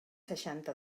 seixanta